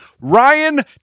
Ryan